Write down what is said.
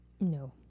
No